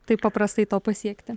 taip paprastai to pasiekti